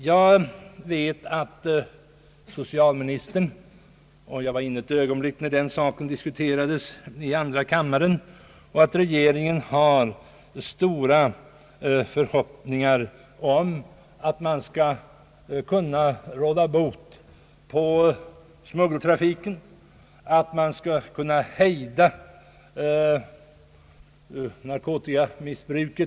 Jag var inne i andra kammaren ett ögonblick när denna fråga om narkotikamissbruket diskuterades där och vet sålunda, att socialministern och regeringen i övrigt har stora förhoppningar om att man genom internationella överenskommelser skall kunna sätta stopp för smuggeltrafiken och hejda narkotikamissbruket.